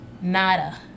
nada